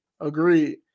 Agreed